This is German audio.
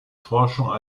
forschungen